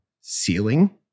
ceiling